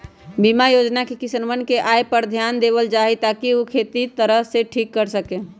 बीमा योजना में किसनवन के आय पर ध्यान देवल जाहई ताकि ऊ खेती ठीक तरह से कर सके